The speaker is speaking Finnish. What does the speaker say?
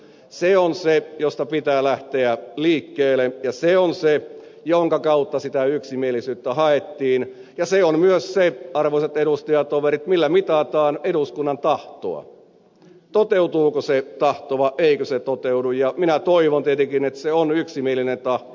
se on se mistä pitää lähteä liikkeelle ja se on se minkä kautta sitä yksimielisyyttä haettiin ja se on myös se arvoisat edustajatoverit millä mitataan eduskunnan tahtoa toteutuuko se tahto vai eikö se toteudu ja minä toivon tietenkin että se on yksimielinen tahto